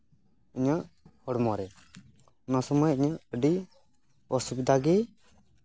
ᱤᱧᱟᱹᱜ ᱦᱚᱲᱢᱚ ᱨᱮ ᱚᱱᱟ ᱥᱚᱢᱚᱭ ᱤᱧᱟᱹᱜ ᱟᱹᱰᱤ ᱚᱥᱩᱵᱤᱫᱷᱟ ᱜᱮ